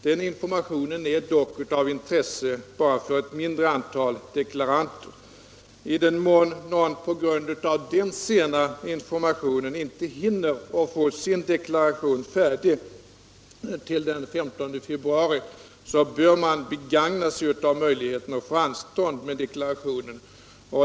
Den informationen är emellertid av intresse bara för ett mindre antal deklaranter. I den mån någon på grund av den sena informationen inte hinner få sin deklaration färdig till den 15 februari bör han begagna sig av möjligheterna att få anstånd med deklarationen.